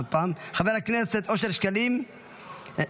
חבר הכנסת אושר שקלים,